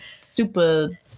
super